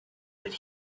that